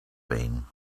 been